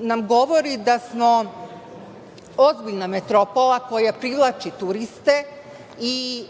nam govori da smo ozbiljna metropola koja privlači turiste i